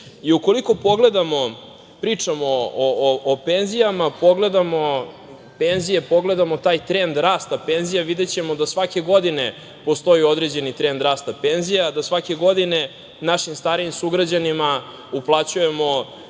evra. Ukoliko pričamo o penzijama i pogledamo penzije, pogledamo taj trend rasta penzija, videćemo da svake godine postoji određeni trend rasta penzija, da svake godine našim starijim sugrađanima uplaćujemo